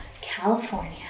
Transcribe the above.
California